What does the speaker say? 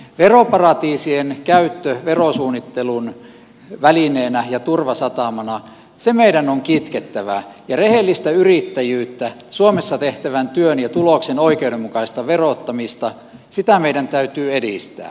veroparatiisien käyttö verosuunnittelun välineenä ja turvasatamana se meidän on kitkettävä ja rehellistä yrittäjyyttä suomessa tehtävän työn ja tuloksen oikeudenmukaista verottamista sitä meidän täytyy edistää